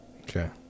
Okay